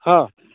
ହଁ